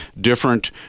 different